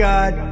God